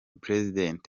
president